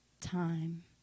time